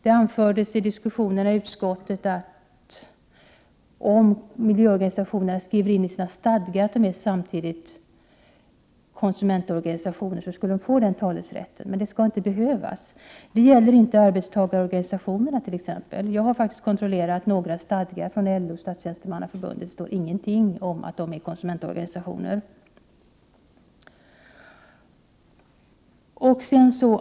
Det anfördes i diskussionerna i utskottet att om miljöorganisationerna skrev in i sina stadgar att de samtidigt är konsumentorganisationer, skulle de få talerätt. Men det skall inte behövas. Det gäller inte arbetstagarorganisationerna exempelvis. Jag har faktiskt kontrollerat en del stadgar hos LO förbund och Statstjänstemannaförbundet. Där står ingenting om att dessa är konsumentorganisationer.